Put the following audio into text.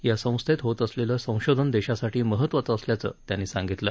या संस्थेत होत असलेलं संशोधन देशासाठी महत्वाचं असल्याचं त्यांनी सांगितलं